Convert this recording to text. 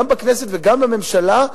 גם בכנסת וגם בממשלה,